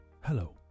hello